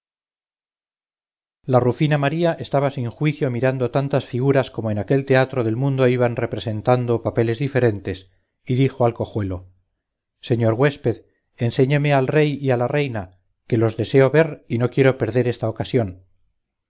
la rufina maría estaba sin juicio mirando tantas figuras como en aquel teatro del mundo iban representando papeles diferentes y dijo al cojuelo señor güésped enséñeme al rey y a la reina que los deseo ver y no quiero perder esta ocasión